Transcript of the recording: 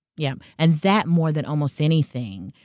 yep. and that, more than almost anything,